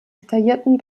detaillierten